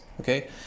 okay